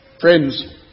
Friends